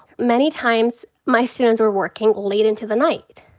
many times my students were working late into the night,